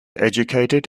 educated